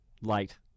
late